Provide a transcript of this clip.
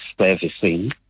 servicing